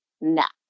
next